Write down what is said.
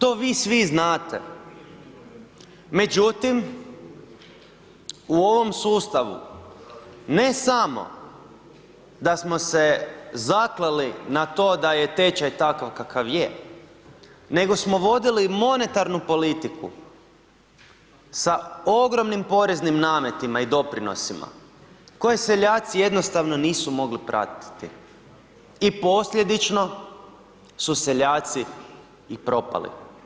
To vi svi znate, međutim u ovom sustavu ne samo da smo se zakleli na to da je tečaj takav kakav je, nego smo vodili monetarnu politiku sa ogromnim poreznim nametima i doprinosima koje seljaci jednostavno nisu mogli pratiti i posljedično su seljaci i propali.